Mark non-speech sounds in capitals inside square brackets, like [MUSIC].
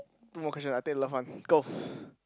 two more question I take the love one go [BREATH]